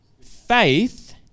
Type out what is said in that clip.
Faith